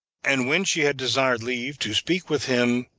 and when she had desired leave to speak with him,